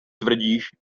tvrdíš